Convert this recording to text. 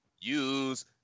use